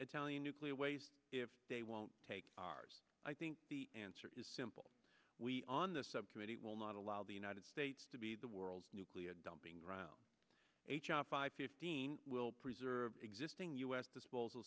italian nuclear waste if they won't take ours i think the answer is simple we on the subcommittee will not allow the united states to be the world's nuclear dumping ground five fifteen will preserve existing u s disposal